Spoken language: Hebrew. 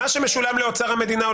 מה שמשולם לאוצר המדינה,